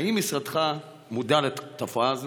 1. האם משרדך מודע לתופעה זו?